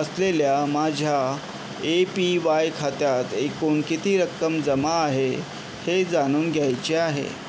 असलेल्या माझ्या A P Y खात्यात एकूण किती रक्कम जमा आहे हे जाणून घ्यायचे आहे